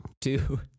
two